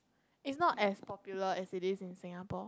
is not as popular as it is in Singapore